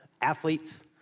athletes